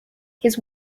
his